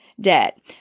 debt